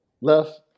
Left